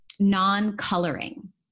Non-coloring